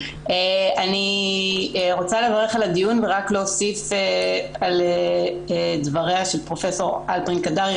אני רוצה לברך על הדיון ורק להוסיף על דבריה של פרופ' הלפרין קדרי,